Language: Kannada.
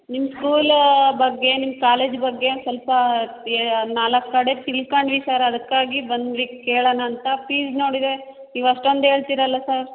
ನಿಮ್ಮ ಸ್ಕೂಲು ಬಗ್ಗೆ ನಿಮ್ಮ ಕಾಲೇಜ್ ಬಗ್ಗೆ ಸ್ವಲ್ಪ ನಾಲ್ಕು ಕಡೆ ತಿಳ್ಕೊಂಡ್ವಿ ಸರ್ ಅದ್ಕಾಗಿ ಬಂದ್ವಿ ಕೇಳೋಣ ಅಂತ ಫೀಸ್ ನೋಡಿದರೆ ನೀವು ಅಷ್ಟೊಂದು ಹೇಳ್ತೀರಲ್ಲ ಸರ್